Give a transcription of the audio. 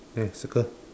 eh circle